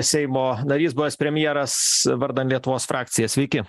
seimo narys buvęs premjeras vardan lietuvos frakcija sveiki